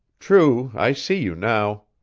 true, i see you now,